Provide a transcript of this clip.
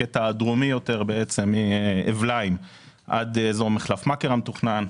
הקטע הדרומי יותר מאעבלין עד אזור מחלף מכר המתוכנן,